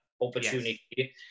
opportunity